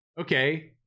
Okay